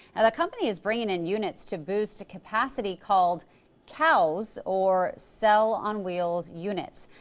and the company is bringing in units to boost capacity called cows, or cell on wheels units.